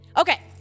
Okay